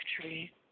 tree